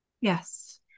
Yes